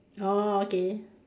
orh okay